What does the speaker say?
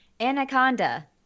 Anaconda